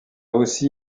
aussi